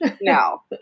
No